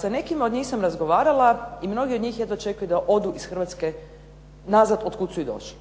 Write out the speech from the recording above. Sa nekima od njih sam razgovarala i mnogi od njih jedva čekaju da odu iz Hrvatske nazad od kuda su i došli.